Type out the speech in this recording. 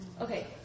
Okay